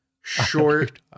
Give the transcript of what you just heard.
short